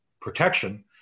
protection